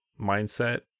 Mindset